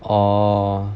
orh